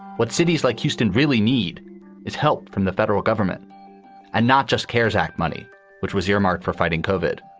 what cities like houston really need is help from the federal government and not just keres act money which was earmarked for fighting covered